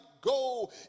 go